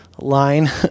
line